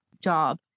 job